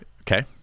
Okay